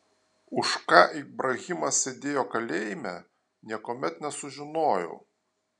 už ką ibrahimas sėdėjo kalėjime niekuomet nesužinojau